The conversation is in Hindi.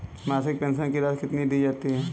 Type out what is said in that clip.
मासिक पेंशन की राशि कितनी दी जाती है?